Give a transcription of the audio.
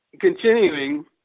continuing